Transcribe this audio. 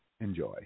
Enjoy